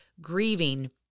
grieving